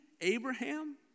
Abraham